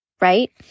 right